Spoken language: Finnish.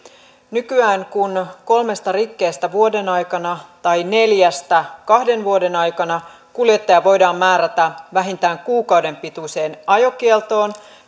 kun nykyään kolmesta rikkeestä vuoden aikana tai neljästä kahden vuoden aikana kuljettaja voidaan määrätä vähintään kuukauden pituiseen ajokieltoon